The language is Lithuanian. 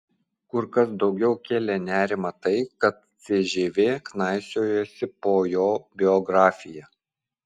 kur kas daugiau kėlė nerimą tai kad cžv knaisiojasi po jo biografiją